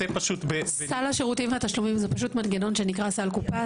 סל השירותים והתשלומים זה מנגנון שנקרא סל קופה,